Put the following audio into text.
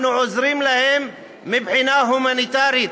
אנחנו עוזרים להם מבחינה הומניטרית